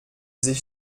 sich